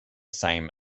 same